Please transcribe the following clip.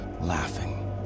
laughing